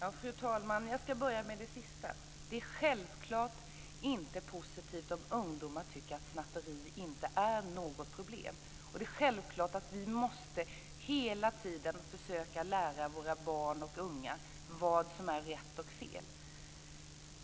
Fru talman! Jag ska börja med det sista. Det är självklart inte positivt om ungdomar tycker att snatteri inte är något problem. Det är självklart att vi hela tiden måste försöka lära våra barn och unga vad som är rätt och fel.